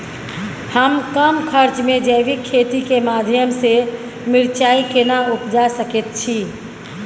हम कम खर्च में जैविक खेती के माध्यम से मिर्चाय केना उपजा सकेत छी?